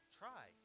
try